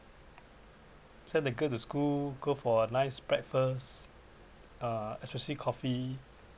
send the girl to school go for nice breakfast uh especially coffee